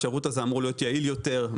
השירות הזה אמור להיות יעיל יותר,